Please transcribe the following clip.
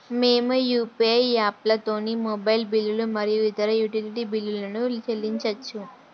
మేము యూ.పీ.ఐ యాప్లతోని మొబైల్ బిల్లులు మరియు ఇతర యుటిలిటీ బిల్లులను చెల్లించచ్చు